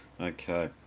Okay